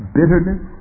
bitterness